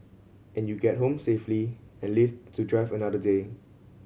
and you get home safely and live to drive another day